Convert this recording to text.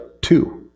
two